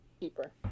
keeper